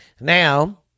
Now